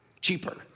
cheaper